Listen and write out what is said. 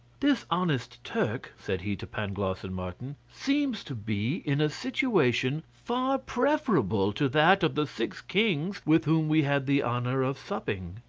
this honest turk, said he to pangloss and martin, seems to be in a situation far preferable to that of the six kings with whom we had the honour of supping.